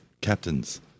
captains